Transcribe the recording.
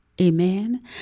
Amen